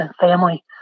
family